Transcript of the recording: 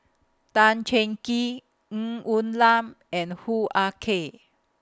Tan Cheng Kee Ng Woon Lam and Hoo Ah Kay